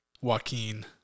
Joaquin